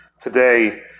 today